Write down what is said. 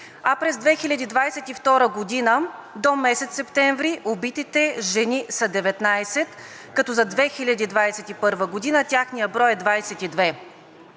а през 2022 г. до месец септември убитите жени са 19, като за 2021 г. техният брой е 22.